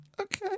Okay